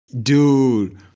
Dude